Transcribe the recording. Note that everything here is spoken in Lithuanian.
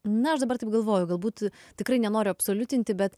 na aš dabar taip galvoju galbūt tikrai nenoriu absoliutinti bet